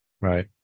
Right